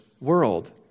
world